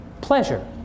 pleasure